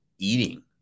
eating